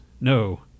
No